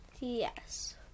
yes